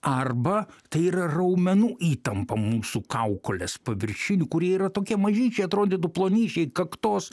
arba tai yra raumenų įtampa mūsų kaukolės paviršinių kurie yra tokie mažyčiai atrodytų plonyčiai kaktos